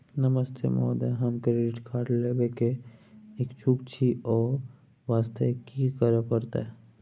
नमस्ते महोदय, हम credit card लेबे के इच्छुक छि ओ वास्ते की करै परतै?